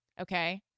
Okay